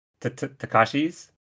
Takashi's